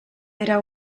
era